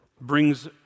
brings